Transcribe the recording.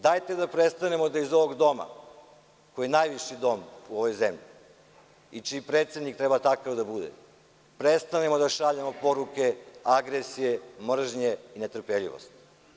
Dajte da prestanemo da iz ovog Doma, koji je najviši Dom u ovoj zemlji i čiji predsednik treba takav da bude, prestanemo da šaljemo poruke agresije, mržnje, netrpeljivosti.